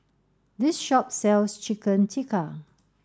this shop sells Chicken Tikka